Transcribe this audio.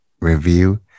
review